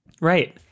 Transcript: Right